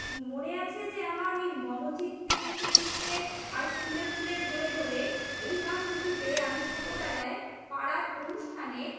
মনে আছে যে আমার ওই মম চিত্তে নৃতে নৃত্যে আর ফুলে ফুলে ঢলে ঢলে এই গান দুটিতে আমি ছোটোবেলায় পাড়ার অনুষ্ঠানে